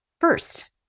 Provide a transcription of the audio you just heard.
first